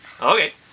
Okay